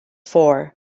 four